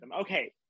Okay